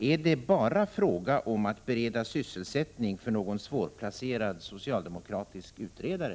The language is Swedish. Är det möjligen bara fråga om att bereda sysselsättning för någon svårplacerad socialdemokratisk utredare?